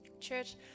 Church